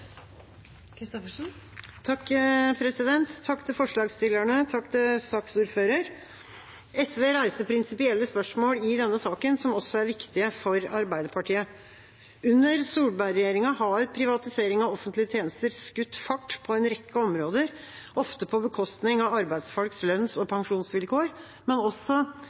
Takk til forslagsstillerne og til saksordføreren. SV reiser prinsipielle spørsmål i denne saken som også er viktige for Arbeiderpartiet. Under Solberg-regjeringa har privatisering av offentlige tjenester skutt fart på en rekke områder, ofte på bekostning av arbeidsfolks lønns- og pensjonsvilkår, men også